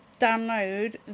download